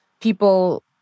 people